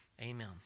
Amen